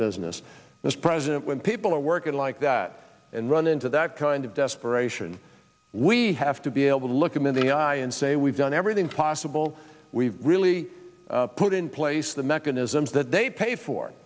business this president when people are working like that and run into that kind of desperation we have to be able to look him in the eye and say we've done everything possible we've really put in place the mechanisms that they pay for